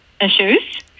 issues